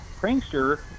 prankster